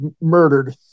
murdered